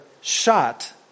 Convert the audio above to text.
shot